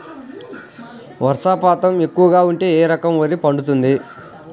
వర్షపాతం ఎక్కువగా ఉంటే ఏ రకం వరి పండుతుంది?